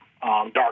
Dark